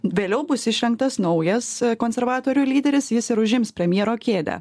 vėliau bus išrinktas naujas konservatorių lyderis jis ir užims premjero kėdę